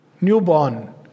Newborn